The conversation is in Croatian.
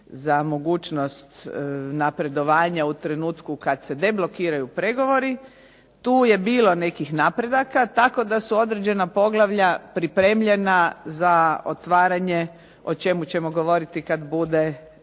za mogućnost napredovanja u trenutku kad se deblokiraju pregovori. Tu je bilo nekih napredaka tako da su određena poglavlja pripremljena za otvaranje o čemu ćemo govoriti kad bude rasprava